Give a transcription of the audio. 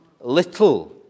little